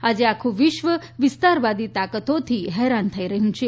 આજે આખુ વિશ્વ વિસ્તારવાદી તાકાતોથી હેરાન થઇ રહ્યું છે